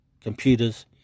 computers